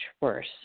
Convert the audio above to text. worse